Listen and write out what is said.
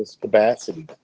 capacity